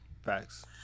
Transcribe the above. Facts